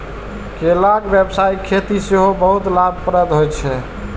केलाक व्यावसायिक खेती सेहो बहुत लाभप्रद होइ छै